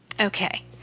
Okay